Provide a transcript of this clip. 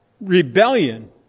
rebellion